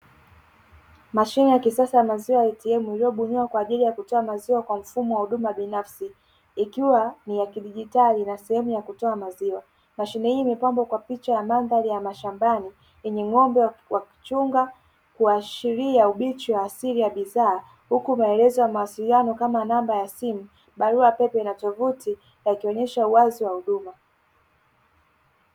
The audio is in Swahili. Mashine ya kisasa ya maziwa ya "ATM" iliyobuniwa kwa ajili ya kutoa maziwa kwa mfumo wa huduma binafsi, ikiwa ni ya kidigitaji na sehemu ya kutoa maziwa. Mashine hii imepambwa kwa picha ya mandhari ya mashambani yenye ng'ombe wa kuchunga, kuashiria ubichi wa asili ya bidhaa huku maelezo ya mawasiliano kama: namba ya simu, barua pepe na tovuti yakionyesha uwazi wa huduma.